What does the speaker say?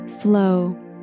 flow